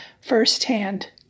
firsthand